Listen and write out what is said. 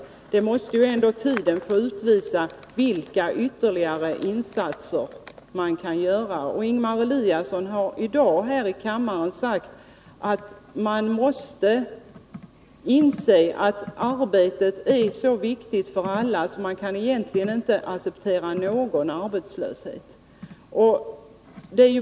Tiden måste ju ändå få utvisa vilka ytterligare insatser som kan göras. Ingemar Eliasson har i dag här i kammaren sagt att man måste inse att det är så viktigt för alla att ha ett arbete att man egentligen inte kan acceptera någon arbetslöshet.